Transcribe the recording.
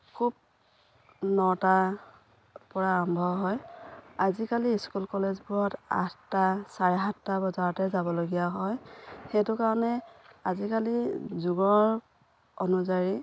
খুব নটাৰ পৰা আৰম্ভ হয় আজিকালি স্কুল কলেজবোৰত আঠটা চাৰে সাতটা বজাতে যাবলগীয়া হয় সেইটো কাৰণে আজিকালি যুগৰ অনুযায়ী